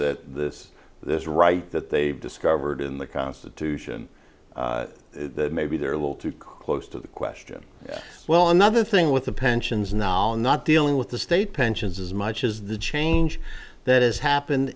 that this this right that they've discovered in the constitution maybe they're a little too close to the question well another thing with the pensions nolen not dealing with the state pensions as much as the change that has happened